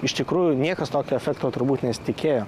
iš tikrųjų niekas tokio efekto turbūt nesitikėjo